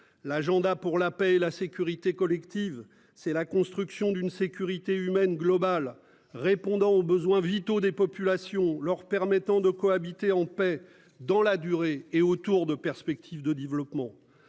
L'agenda pour la paix et la sécurité collective. C'est la construction d'une sécurité humaine globale répondant aux besoins vitaux des populations leur permettant de cohabiter en paix dans la durée et autour de perspectives de développement.